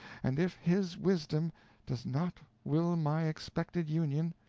and if his wisdom does not will my expected union,